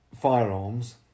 firearms